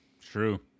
true